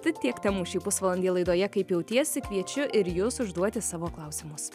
tad tiek temų šį pusvalandį laidoje kaip jautiesi kviečiu ir jus užduoti savo klausimus